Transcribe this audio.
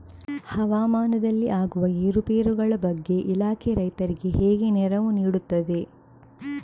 ಹವಾಮಾನದಲ್ಲಿ ಆಗುವ ಏರುಪೇರುಗಳ ಬಗ್ಗೆ ಇಲಾಖೆ ರೈತರಿಗೆ ಹೇಗೆ ನೆರವು ನೀಡ್ತದೆ?